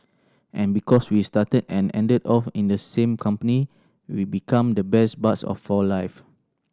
and because we started and ended off in the same company we become the best buds of for life